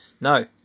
No